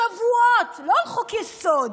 שבועות, לא על חוק-יסוד,